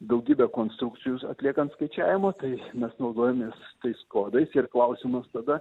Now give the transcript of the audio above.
daugybę konstrukcijų atliekant skaičiavimo tai mes naudojamės tais kodais ir klausimas tada